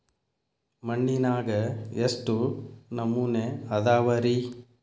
ಮಣ್ಣಿನಾಗ ಎಷ್ಟು ನಮೂನೆ ಅದಾವ ರಿ?